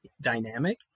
dynamic